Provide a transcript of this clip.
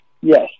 Yes